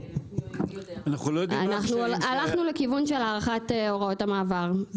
אנחנו הלכנו לכיוון של הארכת הוראות המעבר.